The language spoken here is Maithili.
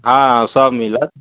हँ सभ मिलत